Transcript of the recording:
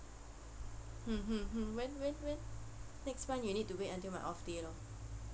mm mm mm when when when next month you need to wait until my off day lor